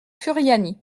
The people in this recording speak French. furiani